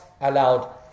allowed